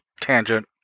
tangent